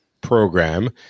program